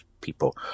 people